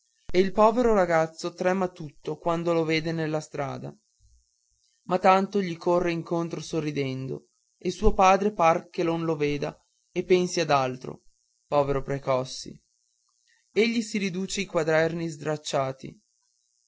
il povero ragazzo trema tutto quando lo vede nella strada ma tanto gli corre incontro sorridendo e suo padre par che non lo veda e pensi ad altro povero precossi egli si ricuce i quaderni stracciati